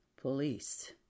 police